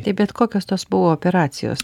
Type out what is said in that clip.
tai bet kokios tos buvo operacijos